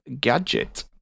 gadget